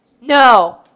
no